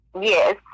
Yes